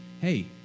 hey